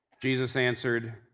jesus answered,